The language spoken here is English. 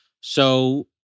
So-